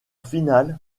finale